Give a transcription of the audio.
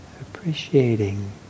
appreciating